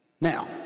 Now